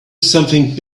something